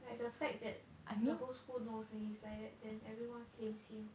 like the fact that the whole school knows that he's like that then everyone flames him